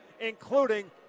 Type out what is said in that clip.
including